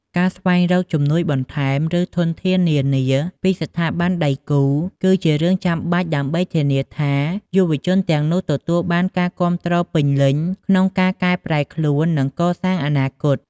ការស្វែងរក ជំនួយបន្ថែម ឬធនធាននានា ពីស្ថាប័នដៃគូ គឺជារឿងចាំបាច់ដើម្បីធានាថា យុវជនទាំងនោះទទួលបានការគាំទ្រពេញលេញក្នុងការកែប្រែខ្លួន និងកសាងអនាគត។